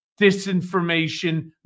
disinformation